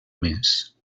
més